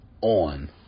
on